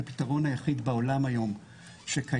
מצאנו את הפתרון היחיד בעולם היום שקיים